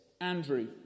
Andrew